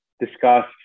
Discuss